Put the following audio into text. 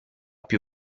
più